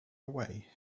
away